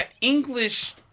English